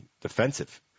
defensive